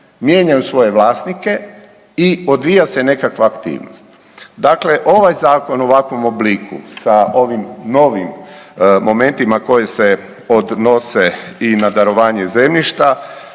mijenjaju svoje vlasnike i odvija se nekakva aktivnost. Dakle, ovaj zakon u ovakvom obliku sa ovim novim momentima koji se odnose i na darovanje zemljišta,